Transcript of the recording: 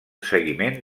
seguiment